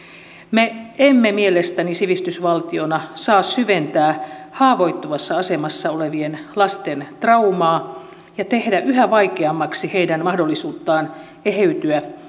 me emme mielestäni sivistysvaltiona saa syventää haavoittuvassa asemassa olevien lasten traumaa ja tehdä yhä vaikeammaksi heidän mahdollisuuttaan eheytyä